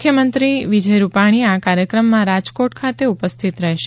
મુખ્યમંત્રી વિજય રૂપાણી આ કાર્યક્રમમાં રાજકોટ ખાતે ઉપસ્થિત રહેશે